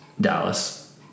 Dallas